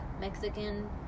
Mexican